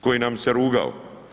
Koji nam se rugao.